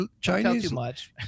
Chinese